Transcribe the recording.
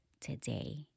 today